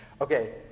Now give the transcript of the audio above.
Okay